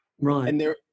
Right